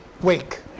Wake